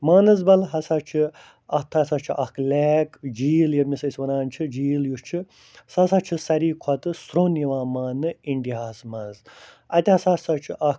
مانسبل ہَسا چھِ اتھ ہَسا چھُ اکھ لیک جھیل ییٚمِس أسۍ وَنان چھِ جھیل یُس چھِ سۄ ہسا چھِ سارِی کھۄتہٕ سرٛوٚن یِوان مانںہٕ اِنڈِیاہس منٛز اَتہِ ہَسا سا چھُ اکھ